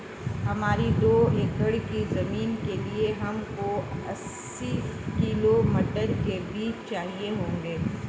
हमारी दो एकड़ की जमीन के लिए हमको अस्सी किलो मटर के बीज चाहिए होंगे